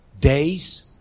days